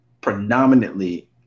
Predominantly